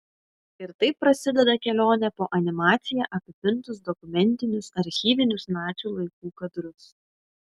ir taip prasideda kelionė po animacija apipintus dokumentinius archyvinius nacių laikų kadrus